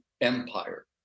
empire